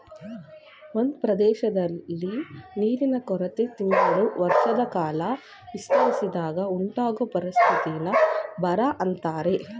ಒಂದ್ ಪ್ರದೇಶ್ದಲ್ಲಿ ನೀರಿನ ಕೊರತೆ ತಿಂಗಳು ವರ್ಷದಕಾಲ ವಿಸ್ತರಿಸಿದಾಗ ಉಂಟಾಗೊ ಪರಿಸ್ಥಿತಿನ ಬರ ಅಂತಾರೆ